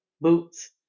boots